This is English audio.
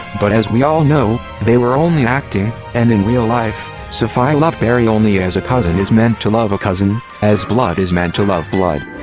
but as we all know, they were only acting, and in reel life, sofia loved barry only as a cousin is meant to love a cousin, as blood is meant to love blood.